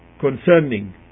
concerning